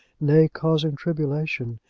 nay, causing tribulation,